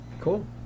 Cool